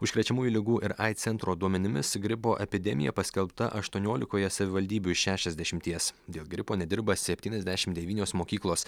užkrečiamųjų ligų ir aids centro duomenimis gripo epidemija paskelbta aštuoniolikoje savivaldybių iš šešiasdešimies dėl gripo nedirba septyniasdešim devynios mokyklos